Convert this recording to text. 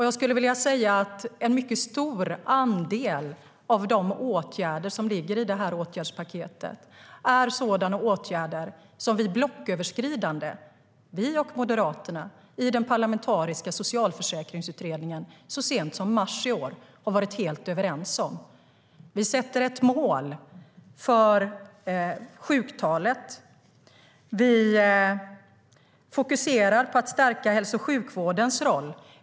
Jag skulle vilja säga att en mycket stor andel av de åtgärder som ligger i åtgärdspaketet är åtgärder som vi blocköverskridande, vi och Moderaterna, i den parlamentariska Socialförsäkringsutredningen så sent som i mars i år var helt överens om. Vi sätter ett mål för sjuktalet. Vi fokuserar på att stärka hälso och sjukvårdens roll.